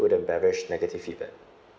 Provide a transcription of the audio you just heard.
food and beverage negative feedback